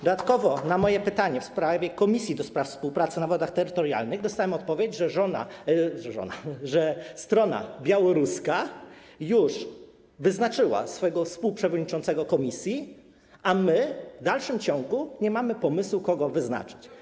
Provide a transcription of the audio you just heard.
Dodatkowo na moje pytanie w sprawie komisji do spraw współpracy na wodach terytorialnych dostałem odpowiedź, że strona białoruska już wyznaczyła swego współprzewodniczącego komisji, a my w dalszym ciągu nie mamy pomysłu, kogo wyznaczyć.